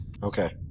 Okay